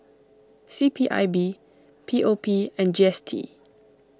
C P I B P O P and G S T